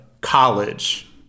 college